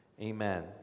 amen